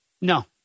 no